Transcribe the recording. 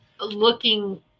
looking